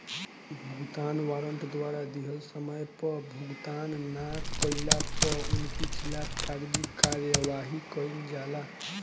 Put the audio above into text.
भुगतान वारंट द्वारा दिहल समय पअ भुगतान ना कइला पअ उनकी खिलाफ़ कागजी कार्यवाही कईल जाला